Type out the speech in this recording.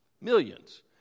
millions